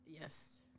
Yes